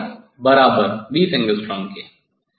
अधिक या बराबर 20 एंगस्ट्रॉम के